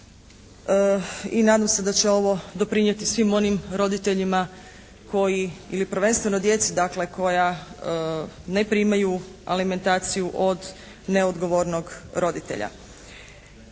i nadam se da će ovo doprinijeti svim onim roditeljima koji ili prvenstveno djeci koja dakle ne primaju alimentaciju od neodgovornog roditelja.